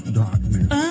darkness